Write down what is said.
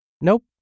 Nope